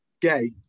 Gay